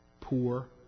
poor